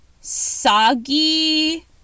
soggy